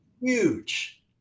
huge